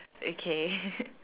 okay